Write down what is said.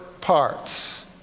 parts